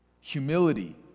humility